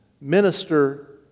minister